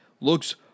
looks